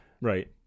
right